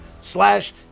slash